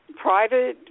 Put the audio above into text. private